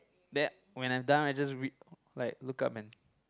then when I'm done I just re~ like look up and